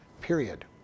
Period